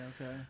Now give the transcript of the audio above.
okay